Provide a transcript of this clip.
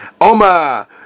Oma